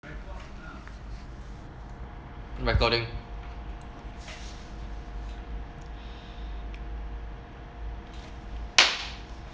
recording